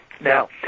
now